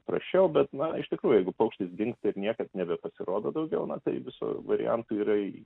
praščiau bet na iš tikrųjų jeigu paukštis dingsta ir niekas nebepasirodo daugiau na tai viso variantų yra